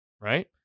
Right